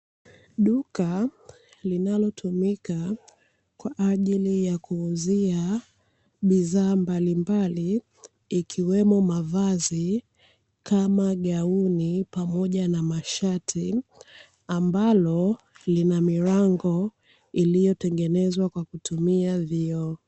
Duka linalotumika kwa ajili ya kuuzia mbalimbali, ikiwemo mavazi kama gauni pamoja na mashati, ambalo lina milango iliyotengenezwa kwa kutumia vioo.